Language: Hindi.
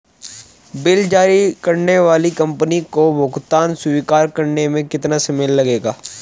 बिल जारी करने वाली कंपनी को भुगतान स्वीकार करने में कितना समय लगेगा?